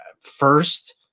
first